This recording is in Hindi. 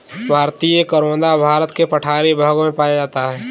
भारतीय करोंदा भारत के पठारी भागों में पाया जाता है